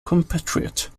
compatriot